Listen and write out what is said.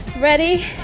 Ready